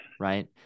Right